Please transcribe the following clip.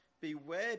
Beware